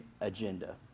agenda